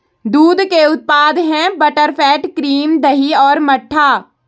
दूध के उत्पाद हैं बटरफैट, क्रीम, दही और मट्ठा